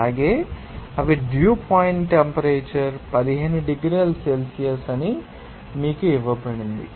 అలాగే అవి dew point temperature 15 డిగ్రీల సెల్సియస్ అని మీకు ఇవ్వబడింది